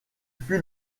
fut